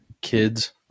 Kids